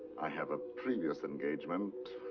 i have a previous engagement,